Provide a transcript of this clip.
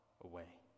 away